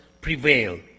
prevail